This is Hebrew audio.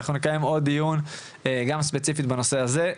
אנחנו נקיים עוד דיון גם ספציפית בנושא הזה.